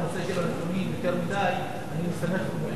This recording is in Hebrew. על התהליכים ועל מה שצריך לעשות.